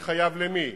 מי חייב למי.